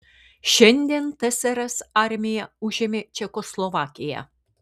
šiandien tsrs armija užėmė čekoslovakiją